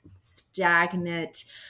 stagnant